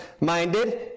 minded